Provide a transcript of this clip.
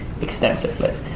extensively